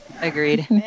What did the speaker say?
Agreed